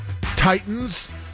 Titans